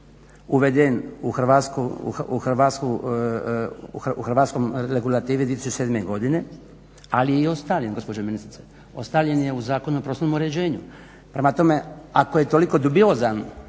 uveden u Hrvatskom, regulativi 2007. godine ali i ostalim, gospođo ministrice, …/Govornik se ne razumije./… u Zakonu o prostornom uređenju. Prema tome, ako je toliko dubiozan